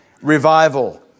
revival